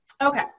Okay